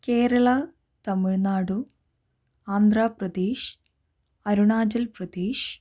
Kerala Tamil Nadu Andhra Pradesh Arunachal Pradesh